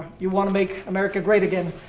you want to make america great again.